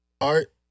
art